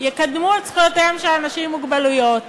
יקדמו את זכויותיהם של אנשים עם מוגבלות,